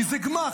כי זה גמ"ח,